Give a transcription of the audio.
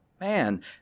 man